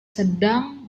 sedang